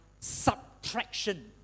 subtraction